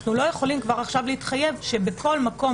אנחנו לא יכולים כבר עכשיו להתחייב שבכל מקום